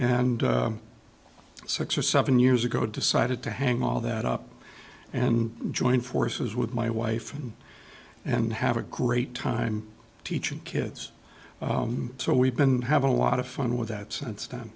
and six or seven years ago decided to hang all that up and join forces with my wife and and have a great time teaching kids so we've been having a lot of fun with that since then